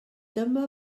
dyma